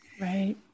Right